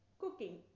cooking